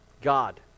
God